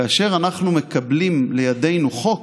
כאשר אנחנו מקבלים לידינו חוק,